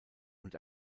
und